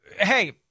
hey